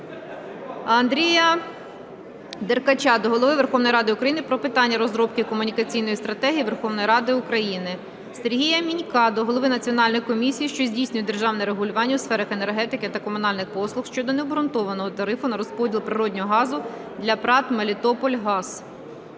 Андрія Деркача до Голови Верховної Ради України про питання розробки "Комунікаційної стратегії Верховної Ради України". Сергія Мінька до Голови Національної комісії, що здійснює державне регулювання у сферах енергетики та комунальних послуг щодо необґрунтованого тарифу на розподіл природного газу для ПрАТ "Мелітопольгаз".